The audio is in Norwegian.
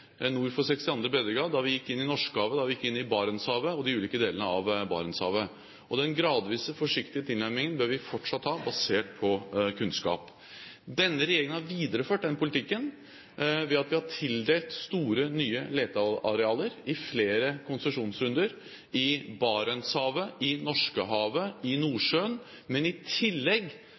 for 62. breddegrad, da vi gikk inn i Norskehavet, og da vi gikk inn i de ulike delene av Barentshavet. Den gradvise, forsiktige tilnærmingen bør vi fortsatt ha, basert på kunnskap. Denne regjeringen har videreført den politikken ved at vi har tildelt store, nye letearealer i flere konsesjonsrunder i Barentshavet, i Norskehavet og i Nordsjøen. I tillegg